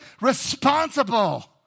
responsible